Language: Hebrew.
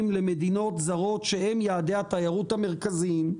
למדינות זרות שהם יעדי התיירות המרכזיים,